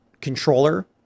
controller